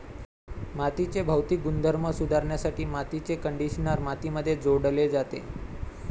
मातीचे भौतिक गुणधर्म सुधारण्यासाठी मातीचे कंडिशनर मातीमध्ये जोडले जाते